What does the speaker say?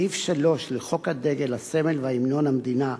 סעיף 3 לחוק הדגל, הסמל והמנון המדינה,